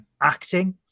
acting